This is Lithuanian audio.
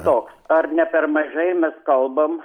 toks ar ne per mažai mes kalbam